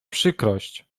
przykrość